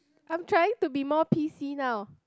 I'm trying to be more P_C now